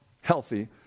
healthy